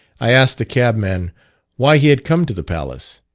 i asked the cabman why he had come to the palace,